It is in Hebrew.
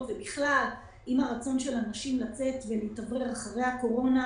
ובכלל עם הרצון של אנשים לצאת ולהתאוורר אחרי הקורונה,